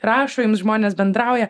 rašo jums žmonės bendrauja